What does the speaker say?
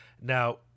Now